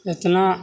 एतना